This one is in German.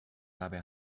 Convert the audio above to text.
dabei